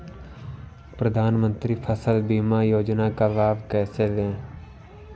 प्रधानमंत्री फसल बीमा योजना का लाभ कैसे लें?